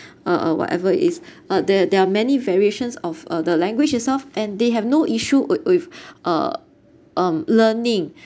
a a whatever it is uh there there are many variations of uh the language itself and they have no issue with with uh um learning